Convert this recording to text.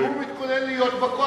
כי הוא מתכונן להיות בקואליציה.